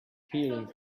peeling